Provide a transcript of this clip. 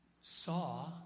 saw